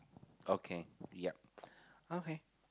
okay ya okay